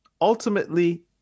Ultimately